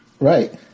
Right